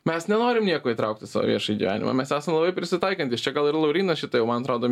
mes nenorim nieko įtraukt į savo viešąjį gyvenimą mes esam labai prisitaikantys čia gal ir laurynas šitą jau man atrodo